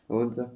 हुन्छ